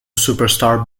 superstar